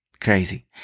Crazy